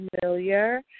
familiar